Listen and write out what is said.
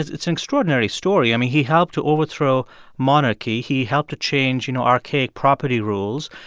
it's an extraordinary story. i mean, he helped to overthrow monarchy. he helped to change, you know, archaic property rules.